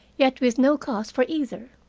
yet with no cause for either.